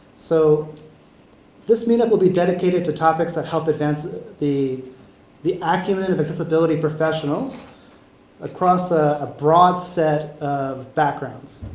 so this meetup will be dedicated to topics that help advance the the acumen and accessibility professionals across a broad set of backgrounds.